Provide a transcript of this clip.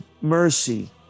mercy